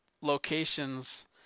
locations